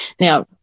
Now